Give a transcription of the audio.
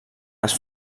les